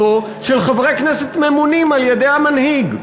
של חברי כנסת ממונים על-ידי המנהיג.